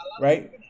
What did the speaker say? right